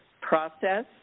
process